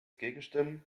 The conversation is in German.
gegenstimmen